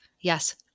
Yes